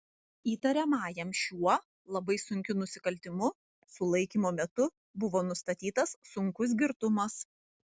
įtariamajam šiuo labai sunkiu nusikaltimu sulaikymo metu buvo nustatytas sunkus girtumas